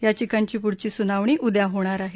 याचिकांची पुढची सुनावणी उद्या होणार आहे